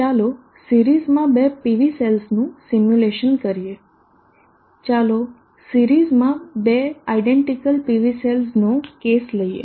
ચાલો સિરીઝમાં બે PV સેલ્સનું સિમ્યુલેશન કરીએ ચાલો સિરીઝમાં બે આયડેન્ટીકલ PV સેલ્સનો કેસ લઈએ